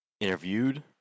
Interviewed